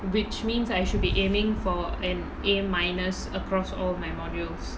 which means I should be aiming for an A minus across all my modules